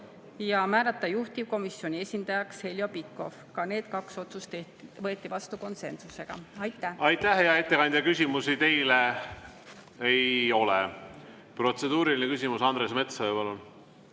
ja määrata juhtivkomisjoni esindajaks Heljo Pikhof. Ka need kaks otsust võeti vastu konsensusega. Aitäh! Aitäh, hea ettekandja! Küsimusi teile ei ole. Protseduuriline küsimus, Andres Metsoja,